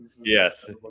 yes